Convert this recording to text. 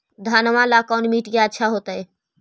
घनमा ला कौन मिट्टियां अच्छा होतई?